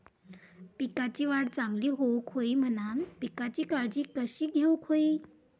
पिकाची वाढ चांगली होऊक होई म्हणान पिकाची काळजी कशी घेऊक होई?